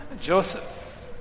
Joseph